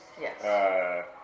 Yes